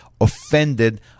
offended